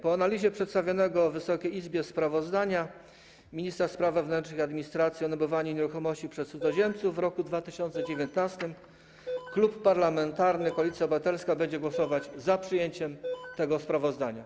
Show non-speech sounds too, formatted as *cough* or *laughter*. Po analizie przedstawionego Wysokiej Izbie sprawozdania ministra spraw wewnętrznych i administracji o nabywaniu nieruchomości przez cudzoziemców *noise* w roku 2019 Klub Parlamentarny Koalicja Obywatelska będzie głosować za przyjęciem tego sprawozdania.